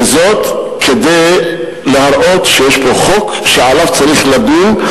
כדי להראות שיש פה חוק שעליו צריך לדון.